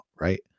right